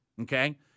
okay